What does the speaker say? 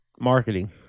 marketing